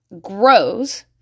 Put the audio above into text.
grows